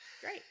great